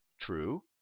true